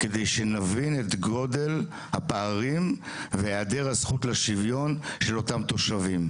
על מנת שנבין את גודל הפערים והיעדר הזכות לשוויון של אותם תושבים.